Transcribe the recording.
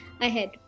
ahead